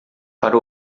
para